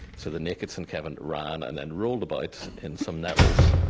so the naked st. kevin ran and then rolled about in some nettles,